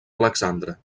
alexandre